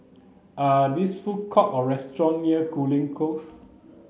are this food courts or restaurants near Cooling Close